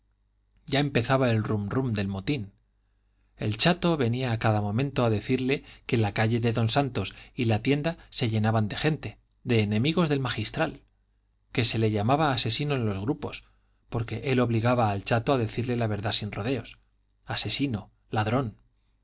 ya empezaba el rum rum del motín el chato venía a cada momento a decirle que la calle de don santos y la tienda se llenaban de gente de enemigos del magistral que se le llamaba asesino en los grupos porque él obligaba al chato a decirle la verdad sin rodeos asesino ladrón